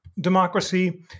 democracy